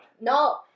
No